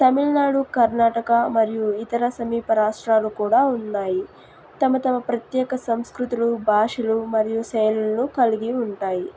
తమిళనాడు కర్ణాటక మరియు ఇతర సమీప రాష్ట్రాలు కూడా ఉన్నాయి తమ తమ ప్రత్యేక సంస్కృతులు భాషలు మరియు శైలులు కలిగి ఉంటాయి